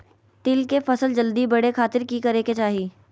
तिल के फसल जल्दी बड़े खातिर की करे के चाही?